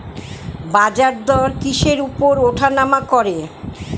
বাজারদর কিসের উপর উঠানামা করে?